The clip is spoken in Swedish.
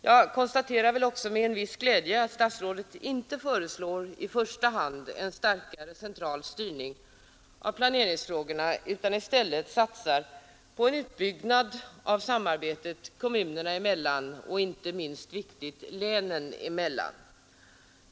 Jag konstaterar också med en viss glädje att statsrådet inte föreslår i första hand en starkare central styrning av planeringsfrågorna utan i stället satsar på en utbyggnad av samarbetet kommunerna emellan och inte minst länen emellan.